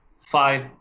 five